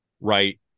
right